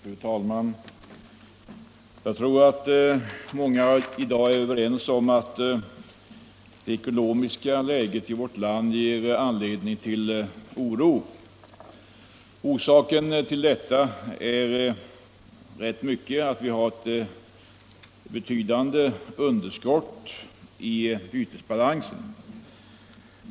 Fru talman! Jag tror att många i dag är överens om att det ekonomiska läget i vårt land ger anledning till oro. Orsaken härtill är det stora underskottet i bytesbalansen.